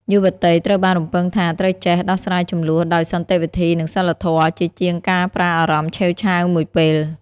យុវតីត្រូវបានរំពឹងថា ត្រូវចេះ "ដោះស្រាយជម្លោះដោយសន្តិវិធី និងសីលធម៌" ជាជាងការប្រើអារម្មណ៍ឆេវឆាវមួយពេល។